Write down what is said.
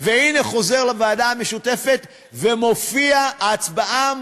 והנה, חוזר לוועדה המשותפת ומופיע בהצבעה